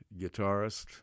guitarist